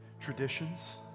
traditions